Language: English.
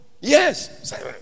Yes